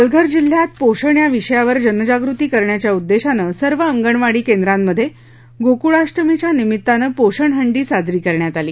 पालघर जिल्ह्यात पोषण या विषयावर जनजागृती करण्याच्या उदेशानं सर्व अंगणवाडी केंद्रांमधे गोक्ळाष्टमीच्या निमितानं पोषण हंडी साजरी करण्यात आली